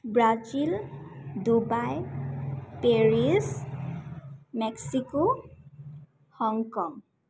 Brazil Dubai Paris Mexico Hong Kong